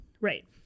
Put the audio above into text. Right